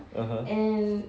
(uh huh)